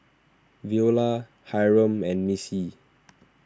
Veola Hyrum and Missie